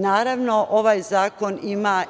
Naravno, ovaj zakon ima